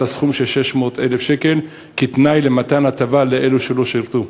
הסכום של 600,000 שקל כתנאי למתן הטבה לאלו שלא שירתו?